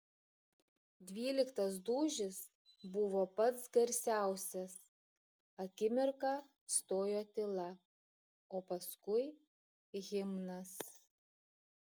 dvyliktas dūžis buvo pats garsiausias akimirką stojo tyla o paskui himnas